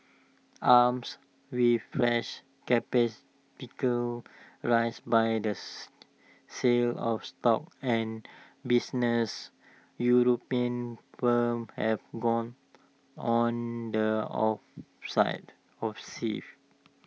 armes with fresh raised by the sale of stock and businesses european firms have gone on the offensive